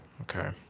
Okay